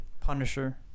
Punisher